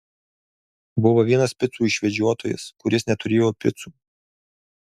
buvo vienas picų išvežiotojas kuris neturėjo picų